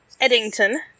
Eddington